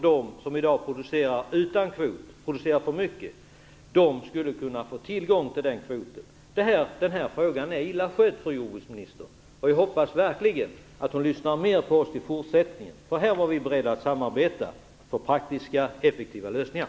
De som i dag producerar utan kvot, dvs. de som producerar för mycket, skulle då ha kunnat få tillgång till den kvoten. Den här frågan är illa skött, fru jordbruksministern. Jag hoppas verkligen att ni lyssnar mera på oss i fortsättningen. Här var vi beredda att samarbeta för praktiska och effektiva lösningar.